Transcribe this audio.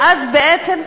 ואז לא